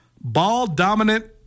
ball-dominant